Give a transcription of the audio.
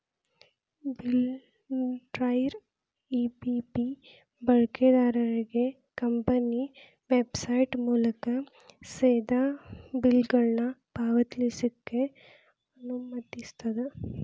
ಬಿಲ್ಲರ್ನೇರ EBP ಬಳಕೆದಾರ್ರಿಗೆ company website ಮೂಲಕಾ ಸೇದಾ ಬಿಲ್ಗಳನ್ನ ಪಾವತಿಸ್ಲಿಕ್ಕೆ ಅನುಮತಿಸ್ತದ